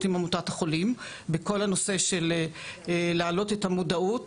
עם עמותת החולים בכל הנושא של להעלות את המודעות,